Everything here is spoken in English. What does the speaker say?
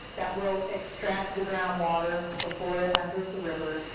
that will extract the groundwater before it enters the river,